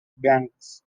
banks